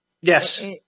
Yes